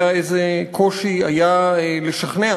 אני יודע איזה קושי היה לשכנע